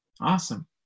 Awesome